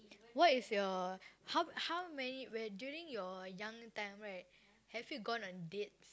what is your how how many where during your young time right have you gone on dates